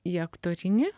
į aktorinį